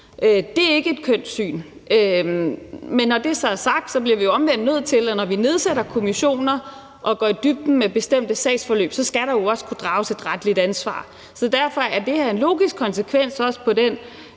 Det er ikke et kønt syn, men når det så er sagt, bliver vi omvendt nødt til at sige, at når vi nedsætter kommissioner og går i dybden med bestemte sagsforløb, så skal der jo også kunne drages et retligt ansvar. Derfor er det her også en logisk konsekvens i